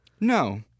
No